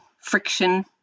friction